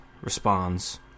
Responds